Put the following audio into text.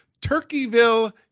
Turkeyville